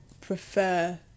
prefer